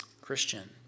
Christian